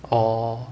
orh